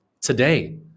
today